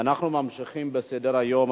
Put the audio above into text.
ואנחנו ממשיכים בסדר-היום.